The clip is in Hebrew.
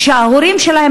שההורים שלהם,